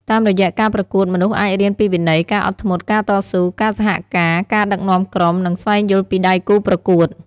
តាមរយៈការប្រកួតមនុស្សអាចរៀនពីវិន័យ ការអត់ធ្មត់ ការតស៊ូ ការសហការណ៍ ការដឹកនាំក្រុម និងស្វែងយល់ពីដៃគូរប្រកួត។